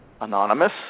anonymous